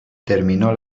terminó